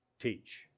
teach